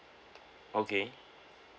okay